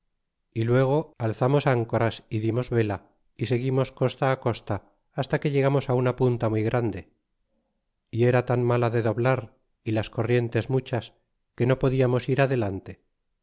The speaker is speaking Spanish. y luego alzamos áncoras y dimos vela y seguimos costa costa hasta que llegamos una punta muy grande y era tan mala de doblar y las corrientes muchas que no podiamos ir adegeneral